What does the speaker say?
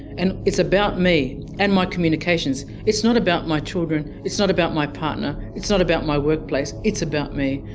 and it's about me and my communications, it's not about my children, it's not about my partner, is not about my workplace, it's about me,